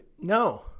no